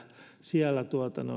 siellä